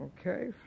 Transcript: Okay